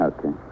Okay